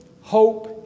Hope